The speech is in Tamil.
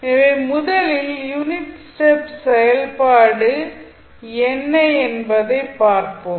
எனவே முதலில் யூனிட் ஸ்டெfப் செயல்பாடு என்ன என்பதைப் பார்ப்போம்